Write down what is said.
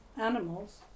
animals